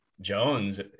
jones